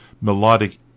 melodic